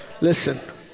Listen